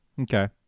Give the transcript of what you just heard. Okay